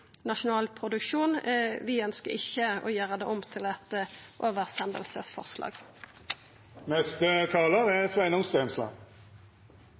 nasjonal produksjon. Vi ønskjer ikkje å gjera det om til eit oversendingsforslag. Jeg føler behov for å svare på et par ting som er